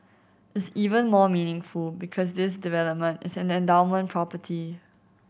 is even more meaningful because this development is an endowment property